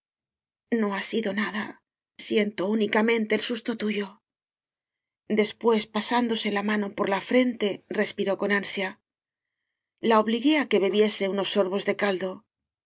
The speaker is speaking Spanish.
no ha sido nada siento únicamente el susto tuyo después pasándose la mano por la frente respiró con ansia la obligué á que bebiese unos sorbos de caldo